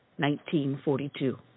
1942